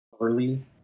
early